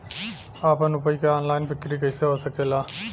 आपन उपज क ऑनलाइन बिक्री कइसे हो सकेला?